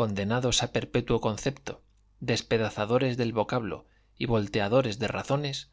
condenados a perpetuo concepto despedazadores del vocablo y volteadores de razones